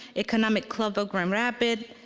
economic club of grand rapid,